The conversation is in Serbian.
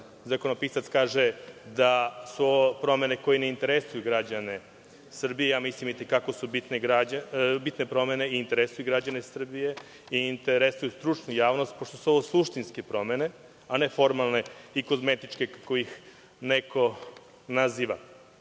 Zakonopisac kaže da su ovo promene koje ne interesuju građane Srbije. Mislim da su i te kako bitne promene i interesuju građane Srbije i interesuju stručnu javnost, pošto su ovo suštinske promene, a ne formalne i kozmetičke, kako ih neko naziva. Dakle,